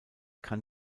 kann